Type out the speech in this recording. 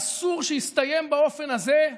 אסור שהוא יסתיים באופן הזה,